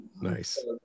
Nice